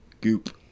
Goop